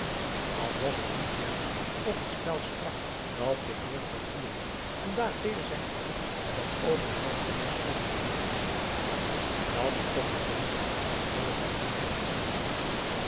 al was het niet juist of het spel sprak dat de heer van wieringen van daag weder zijn verzoek van over een half jaar is komen herhalen dat is toch een jongen van een heel anderen aard